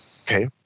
Okay